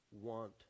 want